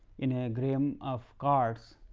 in a grame of cards,